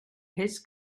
his